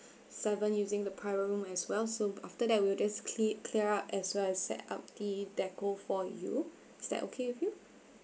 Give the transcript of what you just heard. seven using the private room as well so after that we'll just cle~ clear up as well as set up the deco for you is that okay with you